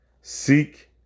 Seek